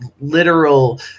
literal